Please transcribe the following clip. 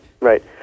Right